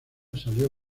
salió